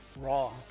raw